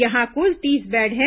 यहां कुल तीस बेड हैं